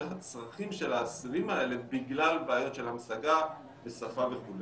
הצרכים של האסירים האלה בגלל בעיות של המשגה ושפה וכו'.